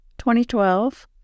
2012